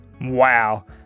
Wow